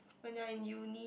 when you're in uni